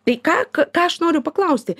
tai ką ką aš noriu paklausti